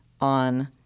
on